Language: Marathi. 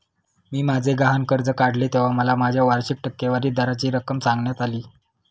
मी माझे गहाण कर्ज काढले तेव्हा मला माझ्या वार्षिक टक्केवारी दराची रक्कम सांगण्यात आली